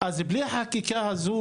אז גם בלי החקיקה הזאת,